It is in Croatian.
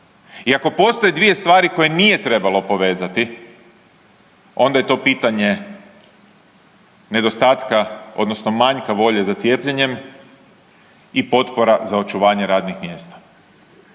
I ako postoje dvije stvari koje nije trebalo povezati onda je to pitanje nedostatka odnosno manjka volje za cijepljenjem i potpora za očuvanje radnih mjesta.